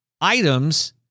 items